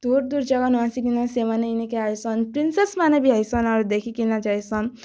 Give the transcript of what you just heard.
ଦୂର୍ ଦୂର୍ ଜାଗାନୁ ଆସିକିନା ସେମାନେ ଇନ୍କେ ଆଇସନ୍ ପ୍ରିନ୍ସେସ୍ ମାନେ ବି ଆଇସନ୍ ଆହୁରି ଦେଖିକିନା ଯାଇସନ୍